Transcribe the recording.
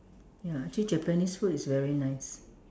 ya actually Japanese food is very nice